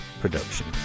production